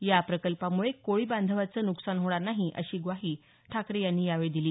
या प्रकल्पामुळे कोळी बांधवाचं नुकसान होणार नाही अशी ग्वाही ठाकरे यांनी यावेळी दिली